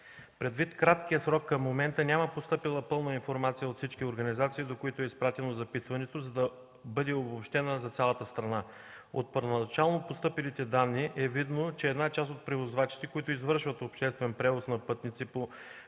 Предвид краткия срок, към момента няма постъпила пълна информация от всички организации, до които е изпратено запитването, за да бъде обобщена за цялата страна. От първоначално постъпилите данни е видно, че една част от превозвачите, които извършват обществен превоз на пътници по междуселищни